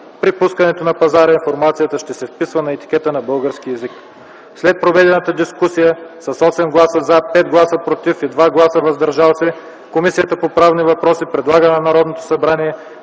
При пускането на пазара информацията ще се вписва на етикета на български език. След проведената дискусия с 8 гласа „за”, 5 гласа „против” и 2 гласа „въздържал се”, Комисията по правни въпроси предлага на Народното събрание